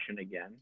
again